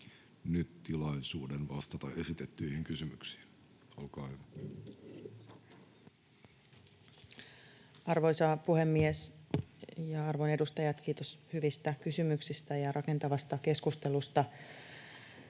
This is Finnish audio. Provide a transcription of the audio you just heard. nyt tilaisuuden vastata esitettyihin kysymyksiin. — Olkaa hyvä. Arvoisa puhemies! Arvon edustajat, kiitos hyvistä kysymyksistä ja rakentavasta keskustelusta.